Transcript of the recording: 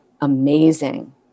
amazing